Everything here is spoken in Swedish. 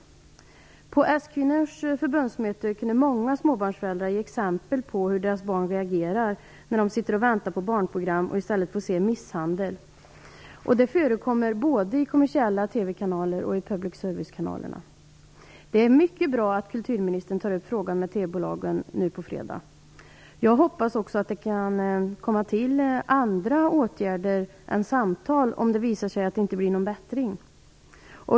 På det socialdemokratiska kvinnoförbundets förbundsmöte kunde många småbarnsföräldrar ge exempel på hur deras barn reagerar när de sitter och väntar på barnprogram och i stället får se misshandel. Det förekommer både i kommersiella TV-kanaler och i public service-kanalerna. Det är mycket bra att kulturministern tar upp frågan med TV-bolagen nu på fredag. Jag hoppas att det kan tillkomma andra åtgärder än samtal, om det visar sig att det inte blir någon bättring.